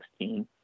2016